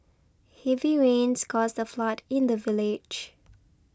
heavy rains caused a flood in the village